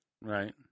Right